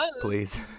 please